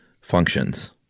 functions